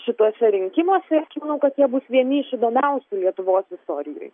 šituose rinkimuose manau kad jie bus vieni iš įdomiausių lietuvos istorijoj